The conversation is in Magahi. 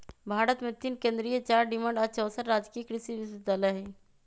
भारत मे तीन केन्द्रीय चार डिम्ड आ चौसठ राजकीय कृषि विश्वविद्यालय हई